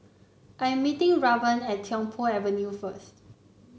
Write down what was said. I'm meeting Raven at Tiong Poh Avenue first